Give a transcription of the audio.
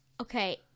Okay